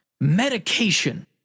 medication